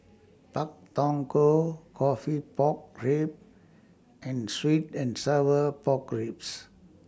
Pak Thong Ko Coffee Pork Ribs and Sweet and Sour Pork Ribs